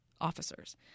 officers